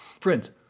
friends